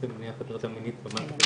שאנחנו עושים למניעת הטרדה מינית במערכת